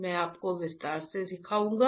मैं आपको विस्तार से सिखाऊंगा